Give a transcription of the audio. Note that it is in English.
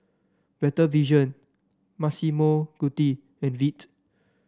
Better Vision Massimo Dutti and Veet